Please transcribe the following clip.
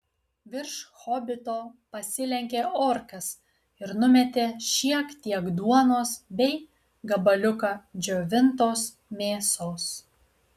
virš hobito pasilenkė orkas ir numetė šiek tiek duonos bei gabaliuką džiovintos mėsos